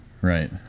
right